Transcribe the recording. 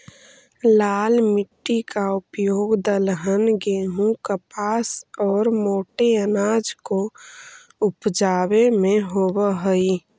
लाल मिट्टी का उपयोग दलहन, गेहूं, कपास और मोटे अनाज को उपजावे में होवअ हई